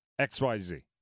XYZ